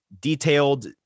detailed